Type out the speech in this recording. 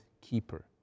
keeper